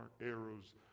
arrows